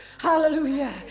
Hallelujah